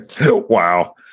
Wow